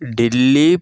Dileep